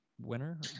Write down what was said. winner